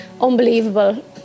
unbelievable